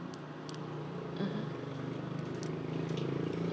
mmhmm